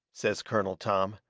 says colonel tom,